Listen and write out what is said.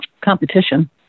competition